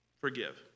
forgive